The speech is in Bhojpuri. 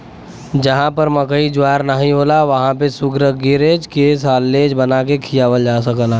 जहां पर मकई ज्वार नाहीं होला वहां पे शुगरग्रेज के साल्लेज बना के खियावल जा सकला